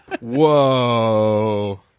Whoa